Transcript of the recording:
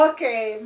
Okay